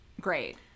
great